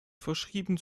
verschrieben